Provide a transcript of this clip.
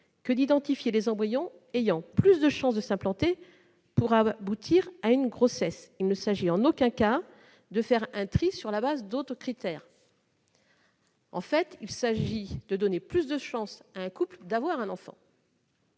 que d'identifier les embryons ayant plus de chances de s'implanter pour aboutir à une grossesse. Il ne s'agit en aucun cas de faire un tri sur la base d'autres critères. En fait, il s'agit de donner plus de chances à un couple d'avoir un enfant.